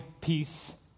peace